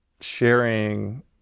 sharing